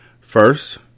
First